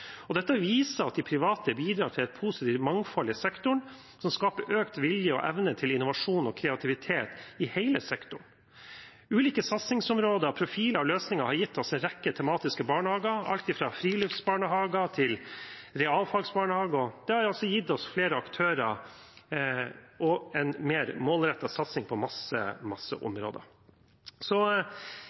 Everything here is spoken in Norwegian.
Dette viser at de private bidrar til et positivt mangfold i sektoren, som skaper økt vilje og evne til innovasjon og kreativitet i hele sektoren. Ulike satsingsområder, profiler og løsninger har gitt oss en rekke tematiske barnehager, alt fra friluftsbarnehager til realfagsbarnehager – det har altså gitt oss flere aktører og en mer målrettet satsing på mange områder.